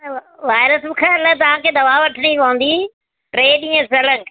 virus ब़ुखारु लाइ तव्हांखे दवा वठिणी पवंदी टे ॾींहं सलंग